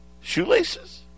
shoelaces